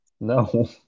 No